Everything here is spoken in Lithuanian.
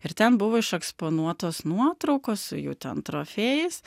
ir ten buvo iš eksponuotos nuotraukos su jų ten trofėjais